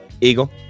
eagle